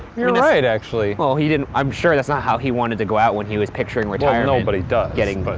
you're right actually. well he didn't. i'm sure that's not how he wanted to go out, when he was picturing retirement. well nobody does. getting but